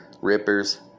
Rippers